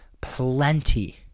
plenty